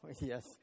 Yes